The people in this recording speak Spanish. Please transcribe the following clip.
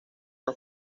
una